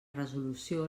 resolució